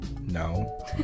No